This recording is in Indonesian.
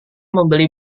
membeli